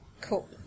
Cool